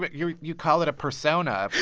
but you you call it a persona, but.